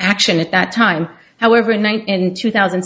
action at that time however in one thousand in two thousand